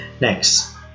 Next